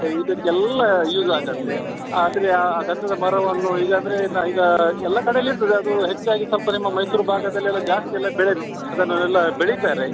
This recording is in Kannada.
ಇದಕ್ಕೆಲ್ಲ ಯೂಸ್ ಆಗುತ್ತೆ ಆದರೆ ಆ ಗಂಧದ ಮರವನ್ನು ಈಗಂದ್ರೆ ಇನ್ನು ಈಗ ಎಲ್ಲ ಕಡೇಲ್ಲಿ ಇರ್ತದೆ ಅದು ಹೆಚ್ಚಾಗಿ ಸ್ವಲ್ಪ ನಿಮ್ಮ ಮೈಸೂರು ಭಾಗದಲ್ಲೆಲ್ಲ ಜಾಸ್ತಿ ಎಲ್ಲ ಬೆಳೆ ಅದನ್ನೆಲ್ಲ ಬೆಳೀತಾರೆ